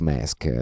Mask